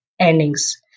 earnings